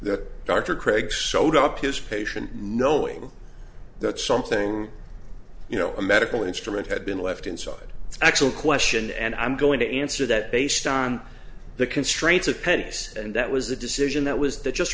that dr craig showed up his patient knowing that something you know a medical instrument had been left inside actual question and i'm going to answer that based on the constraints of pennies and that was a decision that was that just